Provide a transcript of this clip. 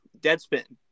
Deadspin